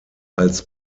als